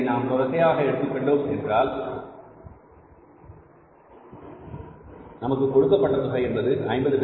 இதனை நாம் தொகையாக எடுத்துக்கொண்டோம் என்றால் நமக்கு கொடுக்கப்பட்ட தொகை என்பது 0